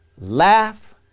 laugh